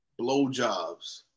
blowjobs